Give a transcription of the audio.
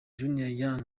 junior